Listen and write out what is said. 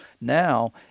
Now